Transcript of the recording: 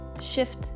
shift